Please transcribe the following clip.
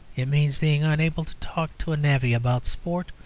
it means being unable to talk to a navvy about sport,